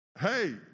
Hey